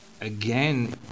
again